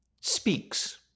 speaks